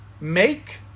make